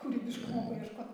kūrybiškumo paieškot